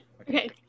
okay